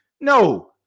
No